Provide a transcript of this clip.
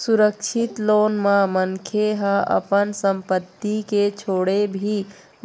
सुरक्छित लोन म मनखे ह अपन संपत्ति के छोड़े भी